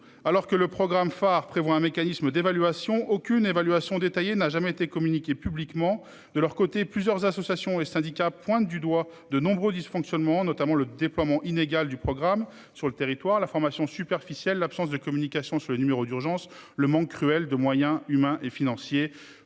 alors que le programme phare prévoit un mécanisme d'évaluation aucune évaluation détaillée n'a jamais été communiquées publiquement de leur côté, plusieurs associations et syndicats pointent du doigt de nombreux dysfonctionnements, notamment le déploiement inégal du programme sur le territoire, la formation superficielles, l'absence de communication sur le numéro d'urgence le manque cruel de moyens humains et financiers.